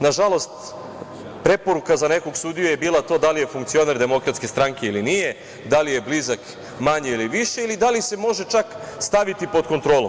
Na žalost, preporuka za nekog sudiju je bila to da li je funkcioner DS ili nije, da li je blizak manje ili više, ili da li se može čak staviti pod kontrolu?